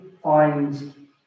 find